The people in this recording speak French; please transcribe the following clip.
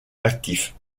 actif